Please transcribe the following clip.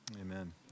Amen